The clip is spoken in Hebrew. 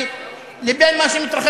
רצית לומר משהו?